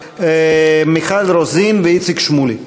מיכל רוזין ואיציק שמולי.